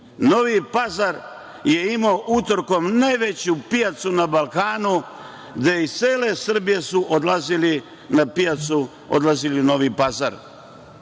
Pazar je imao utorkom najveću pijacu na Balkanu gde su iz cele Srbije odlazili na pijacu u Novi Pazar.